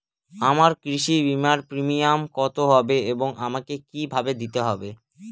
আমার কৃষি বিমার প্রিমিয়াম কত হবে এবং আমাকে কি ভাবে দিতে হবে?